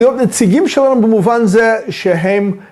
להיות נציגים שלנו במובן זה שהם